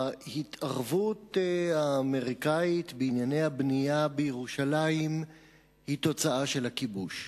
ההתערבות האמריקנית בענייני הבנייה בירושלים היא תוצאה של הכיבוש.